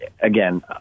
Again